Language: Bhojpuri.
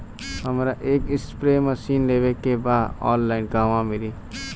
हमरा एक स्प्रे मशीन लेवे के बा ऑनलाइन कहवा मिली?